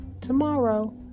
tomorrow